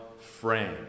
frame